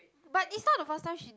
but is not the first time she